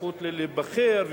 הזכות להיבחר,